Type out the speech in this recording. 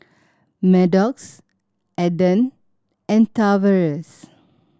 Maddox Adan and Tavares